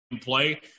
play